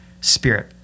spirit